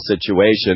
situation